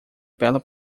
bela